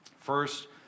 First